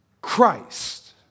Christ